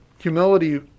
humility